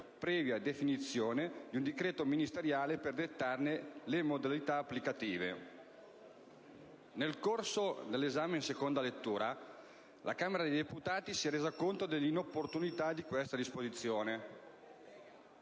previa definizione di un decreto ministeriale per dettarne le modalità applicative. Nel corso dell'esame in seconda lettura, la Camera dei deputati si è resa conto dell'inopportunità di questa disposizione,